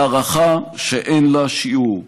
והערכה שאין לה שיעור.